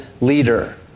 leader